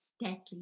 deadly